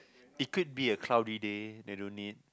it could be a cloudy day then don't need